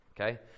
Okay